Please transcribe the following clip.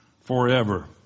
forever